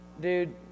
dude